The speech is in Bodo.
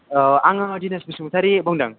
ओ आङो अधिराज बसुमतारी बुंदों